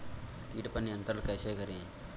कीट पर नियंत्रण कैसे करें?